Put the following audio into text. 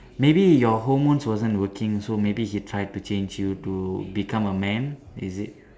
maybe your hormones wasn't working so maybe he tried to change you to become a man is it